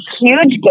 huge